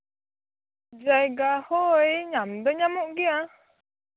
ᱡᱟᱭᱜᱟ ᱦᱳᱭ ᱧᱟᱢ ᱫᱚ ᱧᱟᱢᱚᱜ ᱜᱮᱭᱟ